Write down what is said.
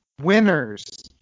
Winners